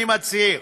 אני מצהיר,